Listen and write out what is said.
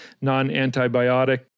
non-antibiotic